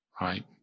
right